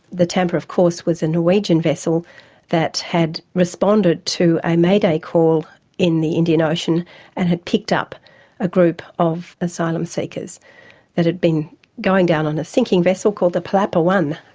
the tampa of course was a norwegian vessel that had responded to a mayday call in the indian ocean and picked up a group of asylum seekers that had been going down on a sinking vessel called the palapa one,